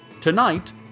tonight